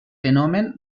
fenomen